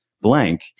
blank